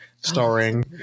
starring